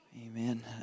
Amen